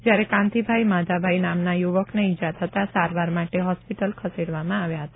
જ્યારે કાંતીભાઈ માધાભાઈ નામના યુવકને ઈજા થતાં સારવાર માટે હોસ્પિટલ ખસેડવામાં આવ્યા હતા